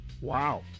Wow